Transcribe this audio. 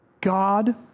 God